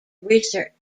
research